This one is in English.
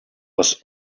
was